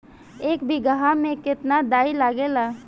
एक बिगहा में केतना डाई लागेला?